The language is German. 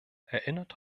erinnert